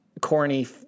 corny